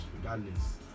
regardless